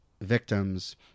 victims